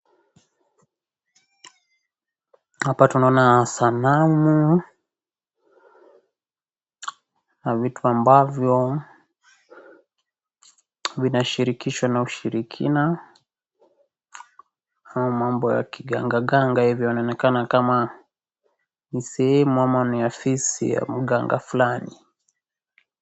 Hapa tunaona sanamu na vitu ambavyo vinashirikishwa na ushirikina ama mambo ya kiganga ganga hivi yanaonekana kama ni sehemu ama ni ofisi ya mganga fulani.